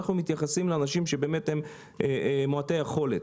כשאנחנו מתייחסים לאנשים שהם מעוטי יכולת.